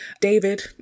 David